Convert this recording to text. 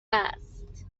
است